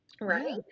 Right